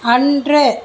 அன்று